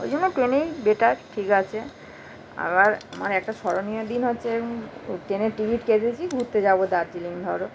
ওই জন্য ট্রেনেই বেটার ঠিক আছে আবার আমার একটা স্মরণীয় দিন হচ্ছে ওই ট্রেনের টিকিট কেটেছি ঘুরতে যাবো দার্জিলিং ধরো